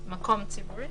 במקום ציבורי,